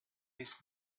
his